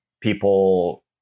people